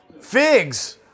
Figs